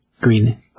Green